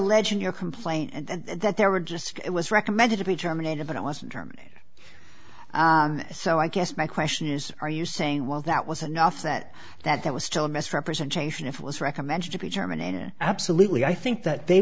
your complaint and that there were just it was recommended to be terminated but it wasn't terminated so i guess my question is are you saying well that was enough that that that was still a misrepresentation if it was recommended to be terminated absolutely i think that they